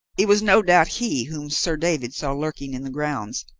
it was no doubt he whom sir david saw lurking in the grounds,